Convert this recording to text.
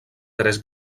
tres